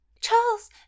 Charles